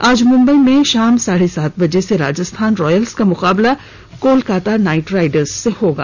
आज मुंबई में शाम साढ़े सात बजे से राजस्थान रॉयल्स का मुकाबला कोलकाता नाइट राइडर्स से होगा